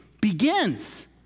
begins